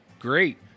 great